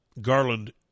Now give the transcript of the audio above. Garland